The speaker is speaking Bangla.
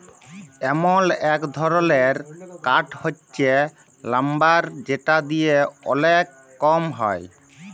এমল এক ধরলের কাঠ হচ্যে লাম্বার যেটা দিয়ে ওলেক কম হ্যয়